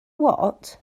what